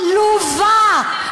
עלובה.